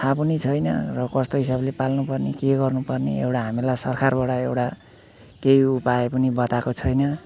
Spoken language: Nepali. थाह पनि छैन र कस्तो हिसाबले पाल्नुपर्ने के गर्नुपर्ने एउटा हामीहरूलाई सरकारबाट एउटा केही उपाय पनि बताएको छैन